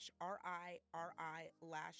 R-I-R-I-Lash